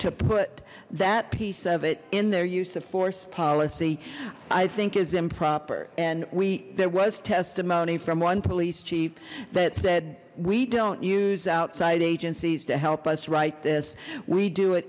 to put that piece of it in their use of force policy i think is improper and we there was testimony from one police chief that said we don't use outside agencies to help us write this we do it